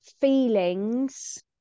feelings